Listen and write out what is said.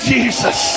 Jesus